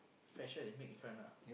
frseh one they make in front ah